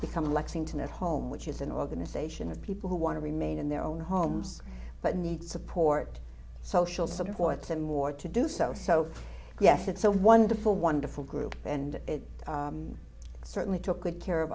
become a lexington at home which is an organization of people who want to remain in their own homes but need support social supports and ward to do so so yes it's a wonderful wonderful group and it certainly took good care of